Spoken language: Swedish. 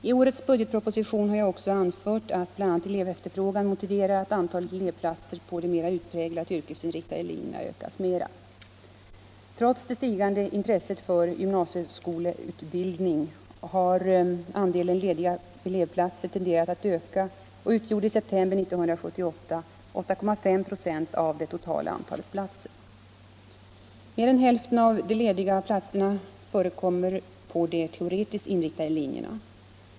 I årets budgetproposition har jag också anfört att bl.a. elevefterfrågan motiverar att antalet elevplatser på de mera utpräglat yrkesinriktade linjerna ökas mera. Trots det stigande intresset för gymnasieskolutbildning har andelen lediga elevplatser tenderat att öka och utgjorde i september 1974 8,5 96 av det totala antalet platser. Mer än hälften av de lediga platserna förekommer på de teoretiskt inriktade linjerna.